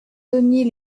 denis